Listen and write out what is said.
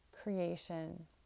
creation